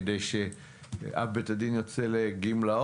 כדי שאב בית הדין ייצא לגמלאות,